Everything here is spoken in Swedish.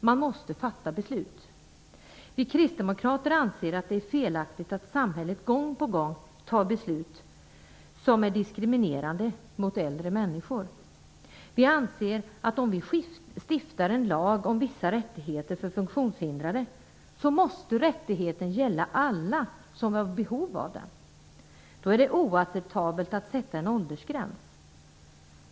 Man måste fatta beslut. Vi kristdemokrater anser att det är fel att samhället gång på gång fattar beslut som är diskriminerande mot äldre människor. Vi anser att om vi stiftar en lag om vissa rättigheter för funktionshindrade så måste rättigheten gälla alla som har behov av den. Då är det oacceptabelt att sätta en åldersgräns.